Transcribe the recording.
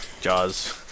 Jaws